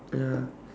ya